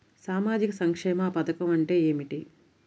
సామాజిక సంక్షేమ పథకం అంటే ఏమిటి?